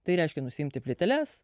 tai reiškia nusiimti plyteles